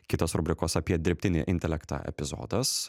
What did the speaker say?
kitas rubrikos apie dirbtinį intelektą epizodas